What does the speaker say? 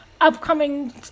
upcoming